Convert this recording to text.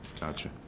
Gotcha